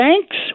thanks